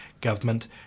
government